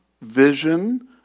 vision